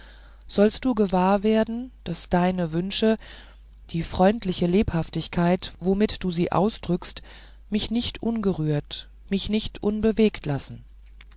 sollst du gewahr werden daß deine wünsche die freundliche lebhaftigkeit womit du sie ausdrückst mich nicht ungerührt mich nicht unbewegt lassen